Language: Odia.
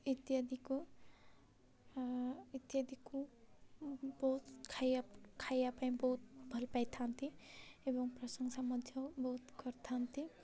ଇତ୍ୟାଦିକୁ ଇତ୍ୟାଦିକୁ ବହୁତ ଖାଇବା ଖାଇବା ପାଇଁ ବହୁତ ଭଲ ପାଇଥାନ୍ତି ଏବଂ ପ୍ରଶଂସା ମଧ୍ୟ ବହୁତ କରିଥାନ୍ତି